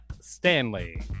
stanley